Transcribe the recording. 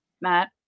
Matt